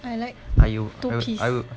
I like two piece